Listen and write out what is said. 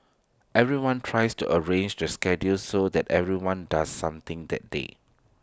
everyone tries to arrange to schedules so that everyone does something that day